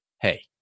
hey